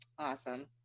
Awesome